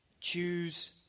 choose